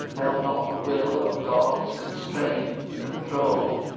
held not the will of gods constrained, controlled,